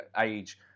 age